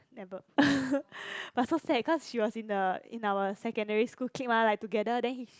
never but so sad cause she was in a in our secondary school clique mah like together then he